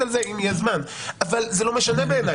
על זה אם יהיה זמן אבל זה לא משנה בעיניי,